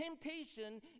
temptation